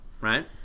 Right